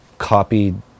Copied